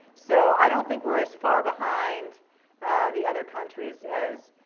so i don't think we're as far behind the other countries as